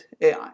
AI